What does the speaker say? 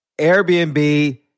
Airbnb